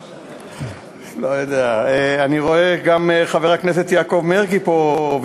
אני רואה גם חבר הכנסת יעקב מרגי פה,